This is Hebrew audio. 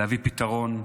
להביא פתרון,